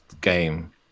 game